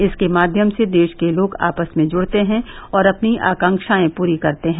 इसके माध्यम से देश के लोग आपस में जुड़ते हैं और अपनी आकांक्षाएं पूरी करते हैं